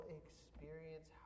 experience